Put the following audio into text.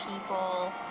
people